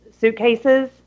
suitcases